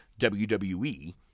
WWE